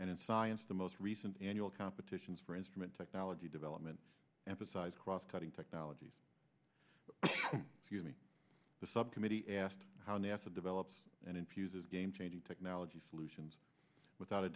and in science the most recent annual competitions for instrument technology development emphasize cross cutting technologies if you meet the subcommittee asked how nasa develops and infuses game changing technology solutions without a